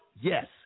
Yes